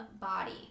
body